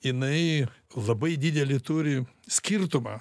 jinai labai didelį turi skirtumą